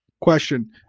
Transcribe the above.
Question